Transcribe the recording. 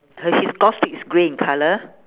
her his golf stick is grey in colour